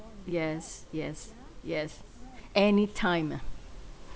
yes yes yes anytime ah